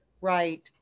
Right